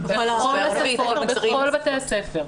בכל בתי הספר.